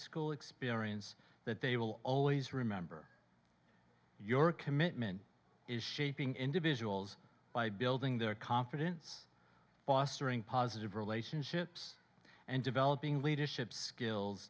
experience that they will always remember your commitment is shaping individuals by building their confidence fostering positive relationships and developing leadership skills